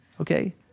Okay